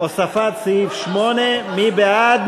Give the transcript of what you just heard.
הוספת סעיף 8. מי בעד?